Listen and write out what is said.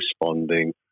responding